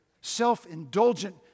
self-indulgent